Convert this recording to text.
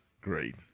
Great